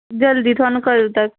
जल्दी तुआनूं कदूं तक